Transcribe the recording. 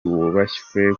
wubashywe